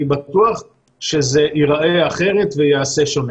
אני בטוח שזה ייראה אחרת וייעשה שונה.